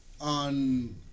on